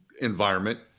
environment